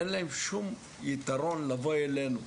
אין להם שום יתרון לבוא אלינו.